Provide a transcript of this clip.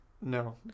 No